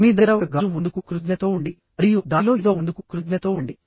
మీ దగ్గర ఒక గాజు ఉన్నందుకు కృతజ్ఞతతో ఉండండి మరియు దానిలో ఏదో ఉన్నందుకు కృతజ్ఞతతో ఉండండి